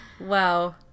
Wow